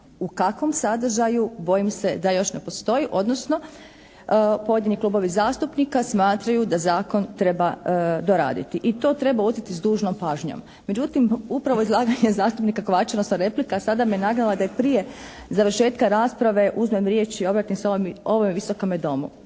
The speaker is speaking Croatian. U kakvom sadržaju bojim se da još ne postoji, odnosno pojedini klubovi zastupnika smatraju da Zakon treba doraditi i to treba uzeti s dužnom pažnjom. Međutim, upravo izlaganje zastupnika Kovačevića, odnosno replika sada me nagnala da i prije završetka rasprava uzmem riječ i obratim se ovome Visokome domu.